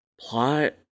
plot